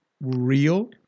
real